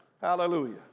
hallelujah